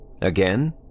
Again